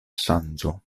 ŝanĝo